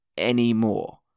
anymore